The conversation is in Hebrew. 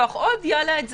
לפתוח עוד יעלה את זה.